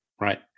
Right